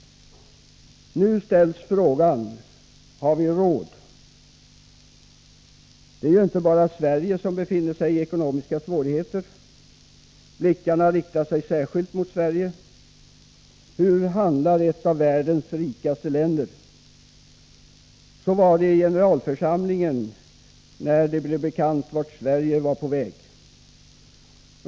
Nu ställs frågan: Har vi råd? Det är inte bara Sverige som befinner sig i ekonomiska svårigheter. Men blickarna riktar sig särskilt mot Sverige, och man undrar: Hur handlar ett av världens rikaste länder? Så var det i generalförsamlingen när det blev bekant vart Sverige var på väg.